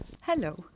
Hello